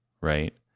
right